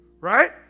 Right